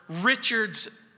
Richard's